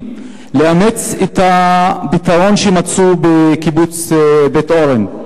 לאמץ את הפתרון שמצאו בקיבוץ בית-אורן.